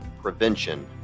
prevention